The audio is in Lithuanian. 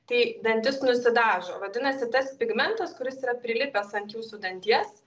tai dantis nusidažo vadinasi tas pigmentas kuris yra prilipęs ant jūsų danties